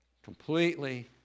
completely